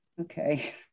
okay